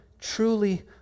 truly